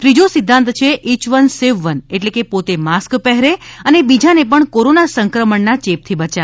ત્રીજો સિદ્ધાંત છે ઇય વન સેવ વન એટલે કે પોતે માસ્ક પહેરે અને બીજાને પણ કોરોના સંક્રમણના ચેપથી બચાવે